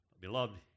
Beloved